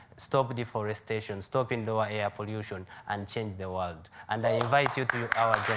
stop deforestation, stop indoor air pollution, and change the world. and i invite you to our